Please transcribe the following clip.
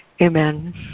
amen